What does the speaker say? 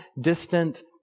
distant